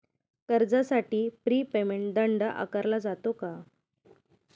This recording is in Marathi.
कर्जासाठी प्री पेमेंट दंड आकारला जातो का?